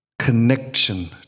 connection